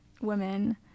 women